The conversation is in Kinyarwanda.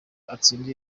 atsinda